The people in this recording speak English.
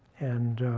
and